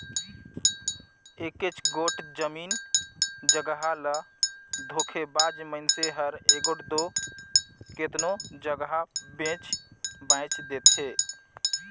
एकेच गोट जमीन जगहा ल धोखेबाज मइनसे हर एगोट दो केतनो जगहा बेंच बांएच देथे